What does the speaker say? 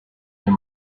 your